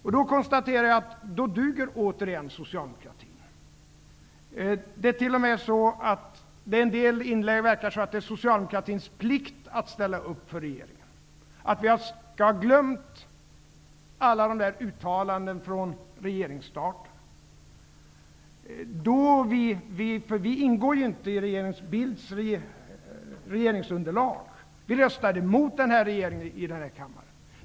Jag konstaterar att då duger återigen socialdemokratin. Det verkar t.o.m. i en del inlägg som om det är socialdemokratins plikt att ställa upp för regeringen. Vi skall ha glömt alla de där uttalandena från regeringsstarten. Vi ingår ju inte i regeringen Bildts regeringsunderlag. Vi röstade emot den här regeringen i denna kammare.